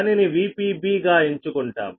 దానిని VpB గా ఎంచుకుంటాం